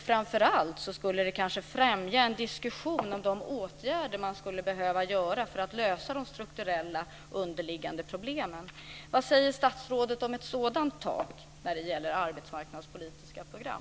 Framför allt skulle det kanske främja en diskussion om de åtgärder som man skulle behöva göra för att lösa de strukturella underliggande problemen. Vad säger statsrådet om ett sådant tak när det gäller arbetsmarknadspolitiska program?